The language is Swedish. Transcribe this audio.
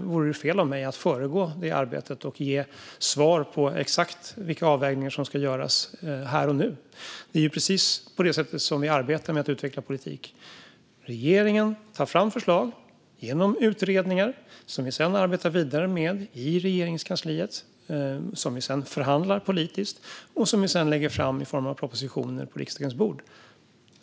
vore det fel av mig att föregå detta och här och nu ge svar på exakt vilka avvägningar som ska göras. Det är precis på det sättet som vi arbetar med att utveckla politik. Regeringen tar fram förslag genom utredningar som vi sedan arbetar vidare med i Regeringskansliet, som vi sedan förhandlar politiskt och som vi sedan lägger fram i form av propositioner på riksdagens bord.